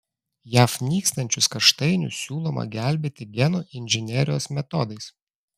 jav nykstančius kaštainius siūloma gelbėti genų inžinerijos metodais